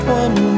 one